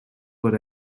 were